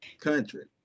Country